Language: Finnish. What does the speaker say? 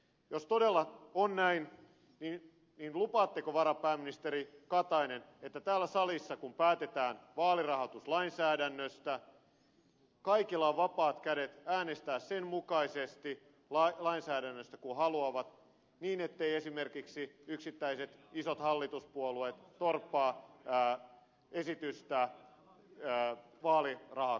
jos todella on näin niin lupaatteko varapääministeri katainen että täällä salissa kun päätetään vaalirahoituslainsäädännöstä kaikilla on vapaat kädet äänestää sen mukaisesti lainsäädännöstä kuin haluavat niin etteivät esimerkiksi yksittäiset isot hallituspuolueet torppaa esitystä vaalirahakatosta